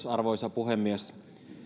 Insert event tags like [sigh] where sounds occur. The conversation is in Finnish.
[unintelligible] arvoisa puhemies